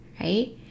right